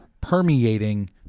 permeating